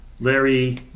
Larry